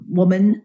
woman